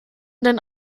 deinen